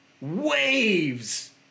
waves